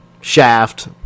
Shaft